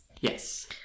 Yes